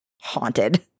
haunted